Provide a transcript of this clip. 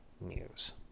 news